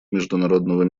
международного